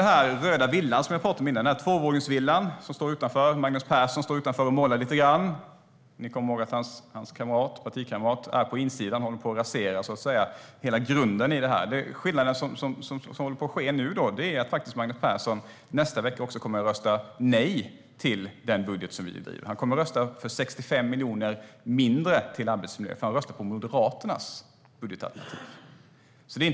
Den röda tvåvåningsvillan som jag pratade om där Magnus Persson står utanför och målar. Ni kommer ihåg att hans partikamrat är på insidan och håller på att rasera grunden. Skillnaden mot vad som nu sker är att Magnus Persson nästa vecka kommer att rösta nej till den budget som vi har föreslagit. Han kommer att rösta för 65 miljoner mindre till arbetsmiljö, för han röstar på Moderaternas budgetalternativ.